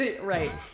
Right